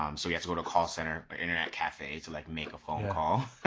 um so yeah to go to a call center or internet cafe to like make a phone call.